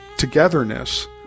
togetherness